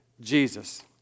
Jesus